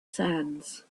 sands